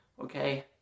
Okay